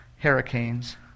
Hurricanes